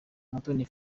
umutoni